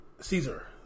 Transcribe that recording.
Caesar